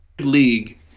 league